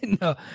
No